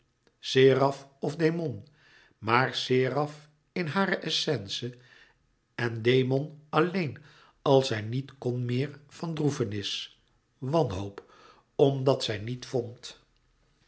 seraf of demon maar seraf in hare essence en demon alleen als zij niet kn meer van droefenis wanhoop omdat zij niet vond